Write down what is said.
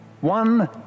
one